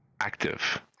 active